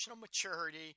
maturity